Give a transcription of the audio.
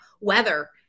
weather